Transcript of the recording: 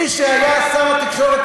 מי שהיה שר התקשורת,